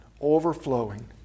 overflowing